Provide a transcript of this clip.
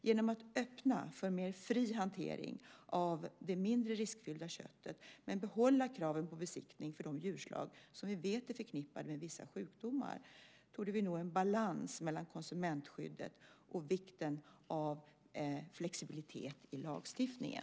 Genom att öppna för mer fri hantering av det mindre riskfyllda köttet men behålla kraven på besiktning för de djurslag som vi vet är förknippade med vissa sjukdomar torde vi nå en balans mellan konsumentskyddet och vikten av flexibilitet i lagstiftningen.